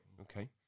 Okay